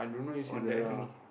on the enemy